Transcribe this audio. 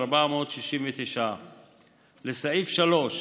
5,469. לסעיף 3,